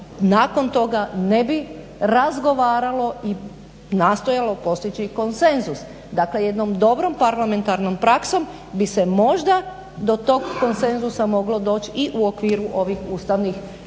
nakon toga ne bi razgovaralo i nastojalo postići konsenzus. Dakle jednom dobro parlamentarnom praksom bi se možda do tog konsenzusa doći i u okviru ovih Ustavnih promjena,